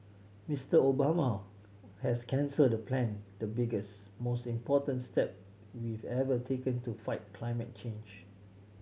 Mister Obama has canceled the plan the biggest most important step we've ever taken to fight climate change